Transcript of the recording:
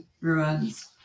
ruins